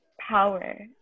power